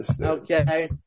okay